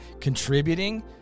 contributing